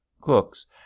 cooks